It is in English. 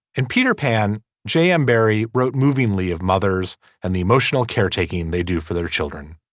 and peter pan j m. barry wrote movingly of mothers and the emotional caretaking they do for their children.